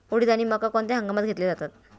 उडीद आणि मका कोणत्या हंगामात घेतले जातात?